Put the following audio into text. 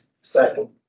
second